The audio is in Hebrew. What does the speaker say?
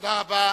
תודה רבה.